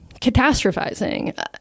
catastrophizing